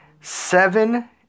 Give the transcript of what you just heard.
Seven